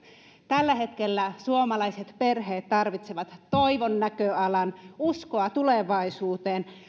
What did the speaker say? tällä hetkellä suomalaiset perheet tarvitsevat toivon näköalan uskoa tulevaisuuteen